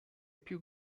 più